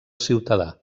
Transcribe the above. ciutadà